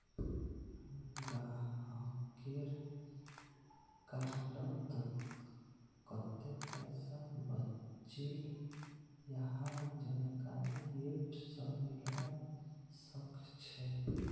गाहकेर कार्डत कत्ते पैसा बचिल यहार जानकारी ऐप स मिलवा सखछे